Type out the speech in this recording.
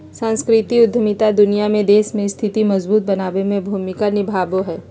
सांस्कृतिक उद्यमिता दुनिया में देश के स्थिति मजबूत बनाबे में भूमिका निभाबो हय